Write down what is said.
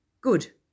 Good